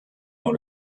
dans